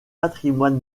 patrimoine